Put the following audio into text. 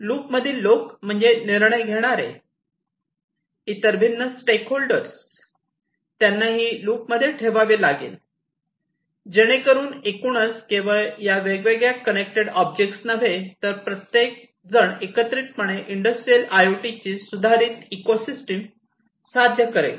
लूपमधील लोक म्हणजे म्हणजे निर्णय घेणारे इतर भिन्न स्टेकहोल्डर त्यांनाही लूपमध्ये ठेवावे लागेल जेणेकरून एकूणच केवळ या वेगवेगळ्या कनेक्टेड ऑब्जेक्ट नव्हे तर प्रत्येकजण एकत्रितपणे इंडस्ट्रियल आयओटीची सुधारित इकोसिस्टम साध्य करेल